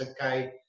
okay